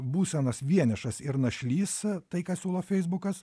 būsenas vienišas ir našlys tai ką siūlo feisbukas